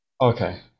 Okay